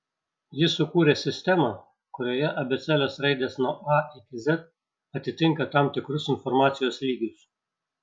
jis sukūrė sistemą kurioje abėcėlės raidės nuo a iki z atitinka tam tikrus informacijos lygius